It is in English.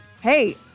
hey